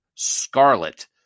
Scarlet